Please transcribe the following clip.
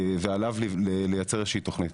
ועליו לייצר איזושהי תוכנית.